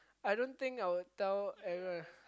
I don't think I would tell everyone